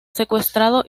secuestrado